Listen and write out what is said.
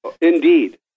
Indeed